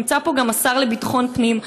נמצא פה גם השר לביטחון פנים,